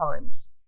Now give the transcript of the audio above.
times